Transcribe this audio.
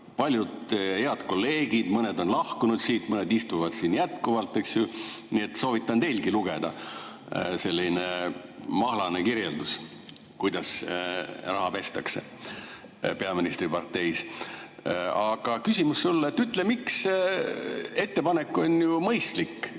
Paljud head kolleegid, mõned on lahkunud siit, mõned istuvad siin jätkuvalt. Soovitan teilgi lugeda, selline mahlane kirjeldus, kuidas raha pestakse peaministri parteis. Aga küsimus sulle. See ettepanek on ju mõistlik,